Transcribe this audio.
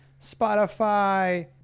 Spotify